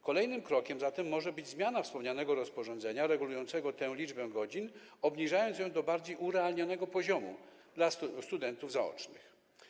Kolejnym krokiem zatem może być zmiana wspomnianego rozporządzenia regulującego tę liczbę godzin, obniżając ją do bardziej urealnionego poziomu dla studentów zaocznych.